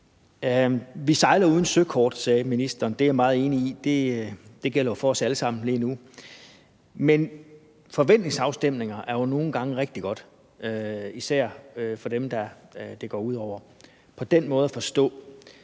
Vi sejler uden søkort, sagde ministeren. Det er jeg meget enig i. Det gælder jo for os alle sammen lige nu. Men forventningsafstemning er jo nogle gange rigtig godt, især for dem, det går ud over. Den økonomiske